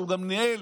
שהוא גם ניהל